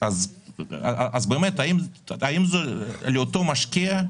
האם זאת אלטרנטיבה לאותו משקיע?